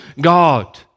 God